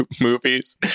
movies